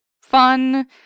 fun